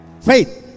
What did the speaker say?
Faith